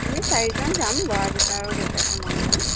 আমি চাৰিজন যাম ল'ৰা দুটা আৰু দেউতাকে ময়ে যাম